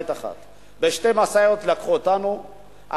בשתי משאיות לקחו אותנו,